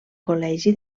col·legi